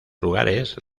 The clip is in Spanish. lugares